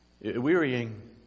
wearying